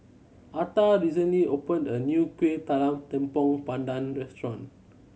Atha recently opened a new Kuih Talam Tepong Pandan restaurant